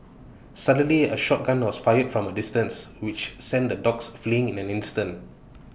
suddenly A shot gun was fired from A distance which sent the dogs fleeing in an instant